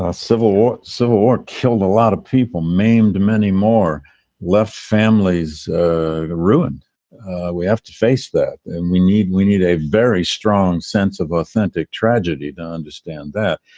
ah civil war. civil war killed a lot of people, maimed many more left, families ruined we have to face that. and we need we need a very strong sense of authentic tragedy to understand that.